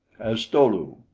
as sto-lu,